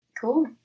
Cool